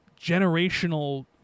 generational